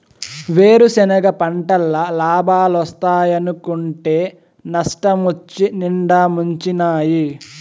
వేరుసెనగ పంటల్ల లాబాలోస్తాయనుకుంటే నష్టమొచ్చి నిండా ముంచినాయి